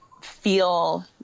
feel